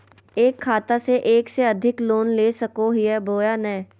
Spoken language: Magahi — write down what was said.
एक खाता से एक से अधिक लोन ले सको हियय बोया नय?